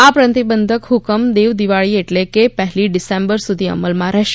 આ પ્રતિબંધક ફકમ દેવ દિવાળી આટલે કે પહેલી ડિસેમ્બર સુધી અમલમાં રહેશે